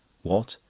what?